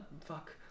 Fuck